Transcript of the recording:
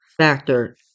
factor